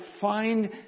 find